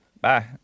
Bye